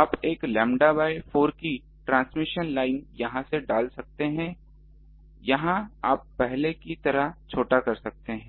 आप एक lambda by 4 की ट्रांसमिशन लाइन यहां से डाल सकते हैं यहां आप पहले की तरह छोटा कर रहे हैं